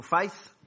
Faith